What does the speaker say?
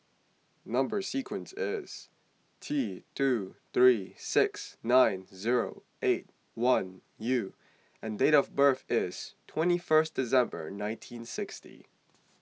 Number Sequence is T two three six nine zero eight one U and date of birth is twenty first December nineteen sixty